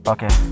Okay